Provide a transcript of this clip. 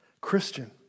Christian